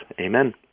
Amen